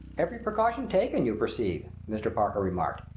every precaution taken, you perceive, mr. parker remarked.